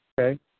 okay